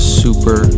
super